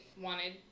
wanted